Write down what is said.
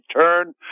turn